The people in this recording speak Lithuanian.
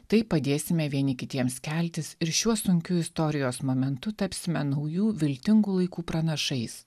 taip padėsime vieni kitiems keltis ir šiuo sunkiu istorijos momentu tapsime naujų viltingų laikų pranašais